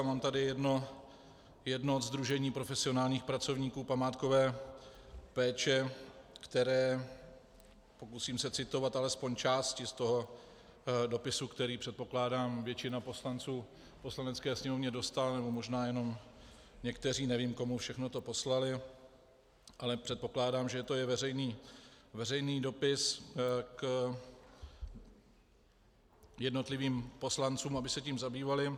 Mám tady jedno sdružení profesionálních pracovníků památkové péče, pokusím se citovat alespoň části z toho dopisu, který, předpokládám, většina poslanců v Poslanecké sněmovně dostala, nebo možná jenom někteří, nevím, komu všemu to poslali, ale předpokládám, že to je i veřejný dopis jednotlivým poslancům, aby se tím zabývali.